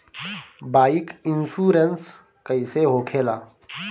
Bike insurance कैसे होखे ला?